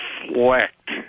reflect